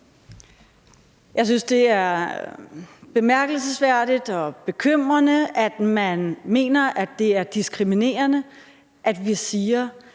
Jeg synes, det er bemærkelsesværdigt og bekymrende, at man mener, det er diskriminerende, at vi siger,